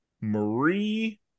Marie